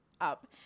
up